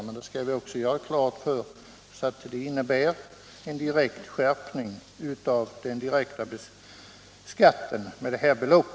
Men vi skall göra klart för oss att det innebär en direkt skärpning av den direkta skatten med motsvarande belopp.